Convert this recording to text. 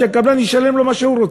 שהקבלן ישלם לו מה שהוא רוצה.